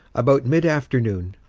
about mid-afternoon,